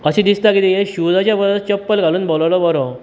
अशे दिसता ह्या शुजाच्या परस चप्पल घालून भोंवलोलो बरो